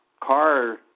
car